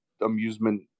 amusement